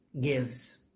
gives